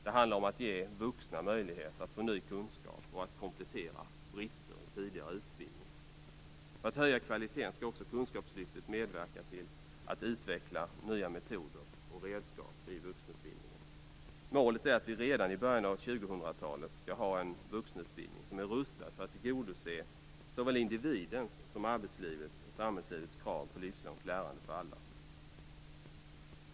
Det handlar om att ge vuxna möjlighet att få ny kunskap och att komplettera brister i tidigare utbildning. För höjande av kvaliteten skall kunskapslyftet också medverka till att utveckla nya metoder och redskap i vuxenutbildningen. Målet är att vi redan i början av 2000-talet skall ha en vuxenutbildning som är rustad att tillgodose såväl individens som arbetslivets och samhällslivets krav på livslångt lärande för alla.